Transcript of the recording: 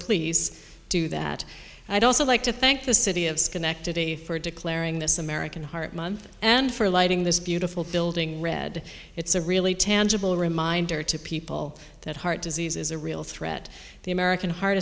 please do that i'd also like to thank the city of schenectady for declaring this american heart month and for lighting this beautiful building red it's a really tangible reminder to people that heart disease is a real threat the american heart